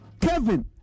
Kevin